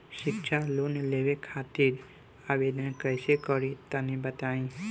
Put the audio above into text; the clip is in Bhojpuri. शिक्षा लोन लेवे खातिर आवेदन कइसे करि तनि बताई?